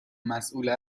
مسئول